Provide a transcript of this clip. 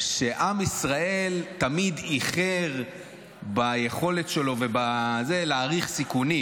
שעם ישראל תמיד איחר ביכולת שלו להעריך סיכונים.